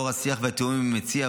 לאור השיח והתיאומים עם המציע,